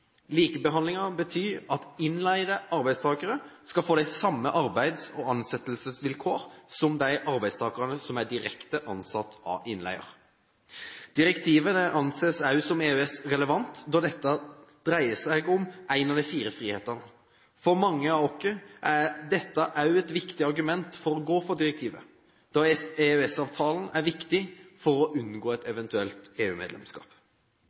betyr at innleide arbeidstakere skal få de samme arbeids- og ansettelsesvilkår som de arbeidstakerne som er ansatt direkte av innleier. Direktivet anses også som EØS-relevant, da dette dreier seg om en av de fire frihetene. For mange av oss er dette også et viktig argument for å gå inn for direktivet, da EØS-avtalen er viktig for å unngå et